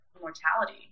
mortality